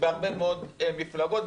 בהרבה מאוד מפלגות,